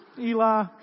Eli